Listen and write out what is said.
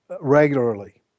regularly